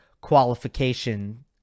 qualification